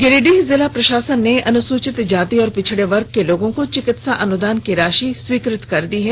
गिरिडीह जिला प्रशासन ने अनुसूचित जाति और पिछड़े वर्ग के लोगों को चिकित्सा अनुदान की राशि स्वीकृत कर दी है